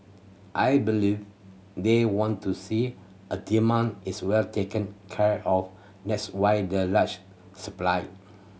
I believe they want to see a demand is well taken care of that's why the large supply